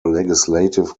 legislative